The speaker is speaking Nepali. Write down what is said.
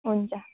हुन्छ